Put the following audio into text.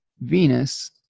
venus